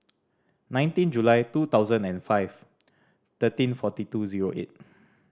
nineteen July two thousand and five thirteen forty two zero eight